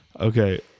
Okay